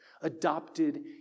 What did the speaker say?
adopted